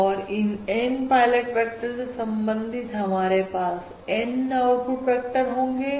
और इन N pilot vector से संबंधित हमारे पास N आउटपुट वेक्टर होंगे